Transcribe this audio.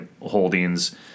holdings